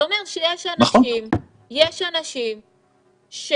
זה אומר שיש אנשים שיחטפו